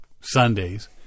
Sundays